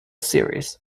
series